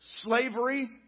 slavery